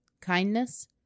kindness